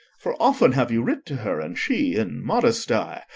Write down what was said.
for often have you writ to her and she, in modesty,